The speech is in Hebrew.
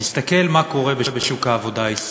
תסתכל מה קורה בשוק העבודה הישראלי.